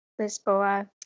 lisboa